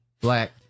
black